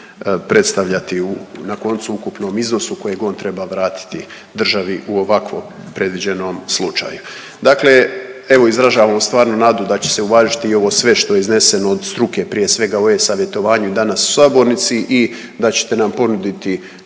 predstavljati u na koncu u ukupnom iznosu kojeg on treba vratiti državi u ovako predviđenom slučaju. Dakle, evo izražavamo stvarnu nadu da će se uvažiti i ovo sve što je izneseno od struke, prije svega o e-savjetovanju danas u sabornicu i da ćete nam ponuditi